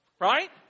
Right